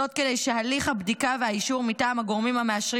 זאת כדי שהליך הבדיקה והאישור מטעם הגורמים המאשרים